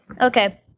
Okay